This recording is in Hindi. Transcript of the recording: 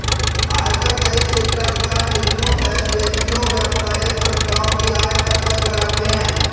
आयकर कई क्षेत्राधिकार निगमों सहित व्यक्तियों, व्यावसायिक संस्थाओं की आय पर कर लगाते हैं